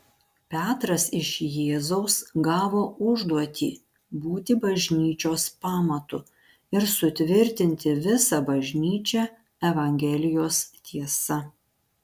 petras iš jėzaus gavo užduotį būti bažnyčios pamatu ir sutvirtinti visą bažnyčią evangelijos tiesa